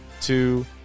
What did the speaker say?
two